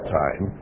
time